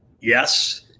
yes